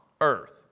earth